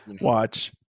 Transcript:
Watch